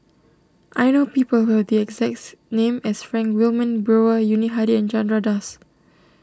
I know people who have the exact name as Frank Wilmin Brewer Yuni Hadi and Chandra Das